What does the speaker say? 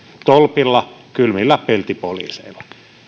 tolpilla kylmillä peltipoliiseilla